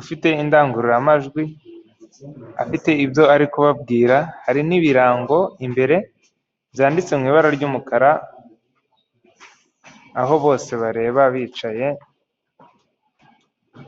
ufite indangururamajwi. Afite ibyo ari kubabwira, hari n'ibirango imbere byanditse mu ibara ry'umukara aho bose bareba bicaye.